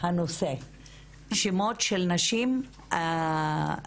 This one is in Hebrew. הנושא שמות של נשים ברחובות,